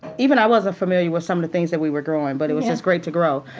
even i wasn't familiar with some of the things that we were growing, but it was just great to grow.